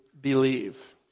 believe